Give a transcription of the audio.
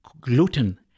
gluten